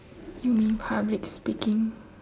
you mean public speaking